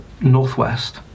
northwest